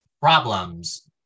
problems